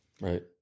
right